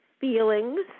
feelings